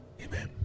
Amen